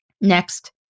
Next